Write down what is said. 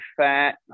fat